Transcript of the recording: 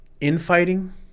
infighting